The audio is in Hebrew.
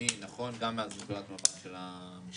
הגיוני או נכון, גם מנקודת המבט של המשטרה.